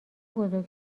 بزرگ